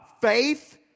faith